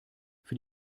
für